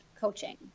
coaching